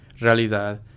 Realidad